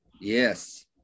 yes